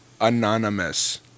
anonymous